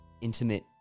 intimate